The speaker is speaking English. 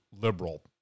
liberal